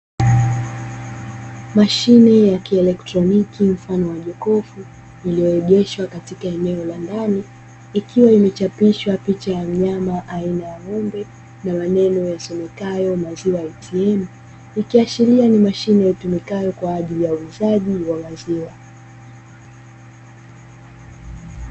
Mashine ya kielektroniki mfano wa jokofu, iliyoegeshwa katika eneo la ndani, ikiwa imechapishwa picha ya mnyama aina ng'ombe, na maneno yasomekayo maziwa ATM, ikiashiria ni mashine itumikayo, kwa ajili ya uuzaji wa maziwa.